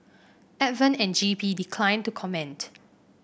advent and G P declined to comment